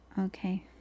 Okay